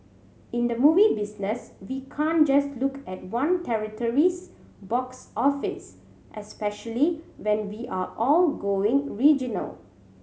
in the movie business we can't just look at one territory's box office especially when we are all going regional